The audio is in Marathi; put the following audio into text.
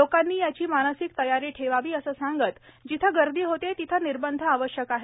लोकांनी याची मानसिक तयारी ठेवावी असं सांगत जिथे गर्दी होते तिथे निर्बंध आवश्यक आहेत